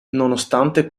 nonostante